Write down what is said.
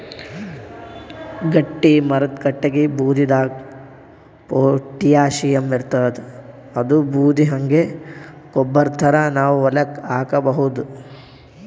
ಗಟ್ಟಿಮರದ್ ಕಟ್ಟಗಿ ಬೂದಿದಾಗ್ ಪೊಟ್ಯಾಷಿಯಂ ಇರ್ತಾದ್ ಅದೂ ಬೂದಿ ಹಂಗೆ ಗೊಬ್ಬರ್ ಥರಾ ನಾವ್ ಹೊಲಕ್ಕ್ ಹಾಕಬಹುದ್